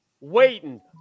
waiting